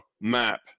map